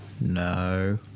No